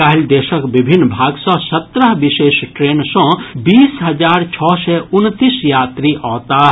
काल्हि देशक विभिन्न भाग सँ सत्रह विशेष ट्रेन सँ बीस हजार छओ सय उनतीस यात्री अओताह